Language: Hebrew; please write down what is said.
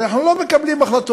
הרי אנחנו לא מקבלים החלטות.